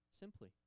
Simply